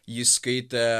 jį skaitė